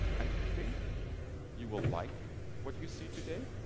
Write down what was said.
i think you will like what you see today